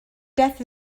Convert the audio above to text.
death